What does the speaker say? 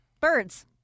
Birds